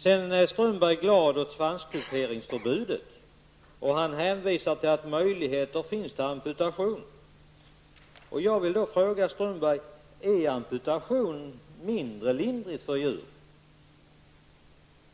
Sedan är Strömberg glad åt svanskuperingsförbudet, och han hänvisar till att möjligheter finns till amputation. Jag vill då fråga Strömberg: Är amputation lindrigare för djuren?